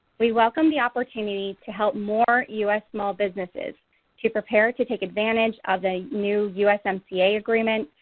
we welcome the opportunity to help more u s. small businesses to prepare to take advantage of a new usmca agreement,